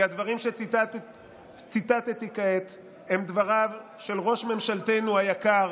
כי הדברים שציטטתי כעת הם דבריו של ראש ממשלתנו היקר